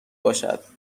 باشد